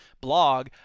blog